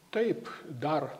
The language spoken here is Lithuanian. taip dar